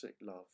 love